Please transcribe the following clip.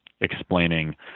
explaining